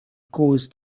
caused